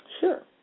sure